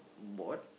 board